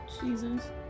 Jesus